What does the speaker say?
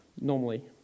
normally